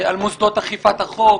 על מוסדות אכיפת החוק.